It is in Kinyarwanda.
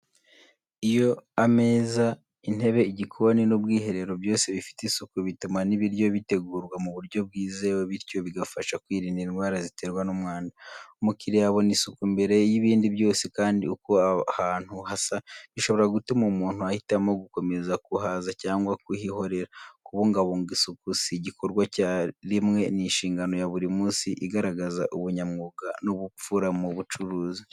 Iyo ameza, intebe, igikoni, n’ubwiherero byose bifite isuku, bituma n’ibiryo bitegurwa mu buryo bwizewe, bityo bigafasha kwirinda indwara ziterwa n’umwanda. Umukiriya abona isuku mbere y'ibindi byose, kandi uko ahantu hasa bishobora gutuma umuntu ahitamo gukomeza kuhaza cyangwa kuhihorera. Kubungabunga isuku si igikorwa cya rimwe, ni inshingano ya buri munsi igaragaza ubunyamwuga n'ubupfura mu bucuruzi.